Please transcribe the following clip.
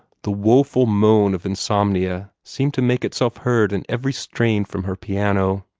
the woful moan of insomnia seemed to make itself heard in every strain from her piano.